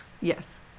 Yes